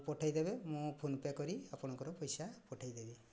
ପଠେଇଦେବେ ମୁଁ PhonePe' କରି ଆପଣଙ୍କର ପଇସା ପଠେଇଦେବି